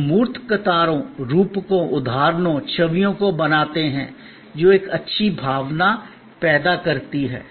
हम मूर्त कतारों रूपकों उदाहरणों छवियों को बनाते हैं जो एक अच्छी भावना पैदा करती हैं